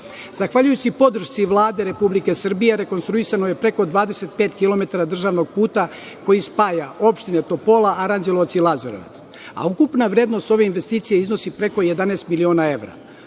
Zahvaljujući podršci Vlade Republike Srbije rekonstruisano je preko 25 kilometara državnog puta koji spaja opštine Topola, Aranđelovac i Lazarevac. Ukupna vrednost ove investicije iznosi preko 11 miliona evra.